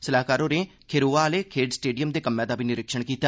सलाहकार होरें खेरोआ आहले खेड़ढ स्टेडियम दे कम्मै दा बी निरीक्षण कीता